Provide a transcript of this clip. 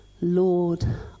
Lord